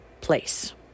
place